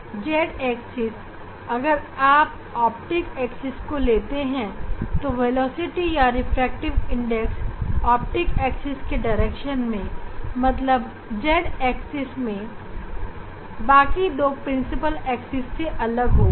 तब इन का मूल्य बाकी दो प्रिंसिपल एक्सिस xy में पाए जाने वाले रिफ्रैक्टिव इंडेक्स से अलग होगा